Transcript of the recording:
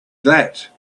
that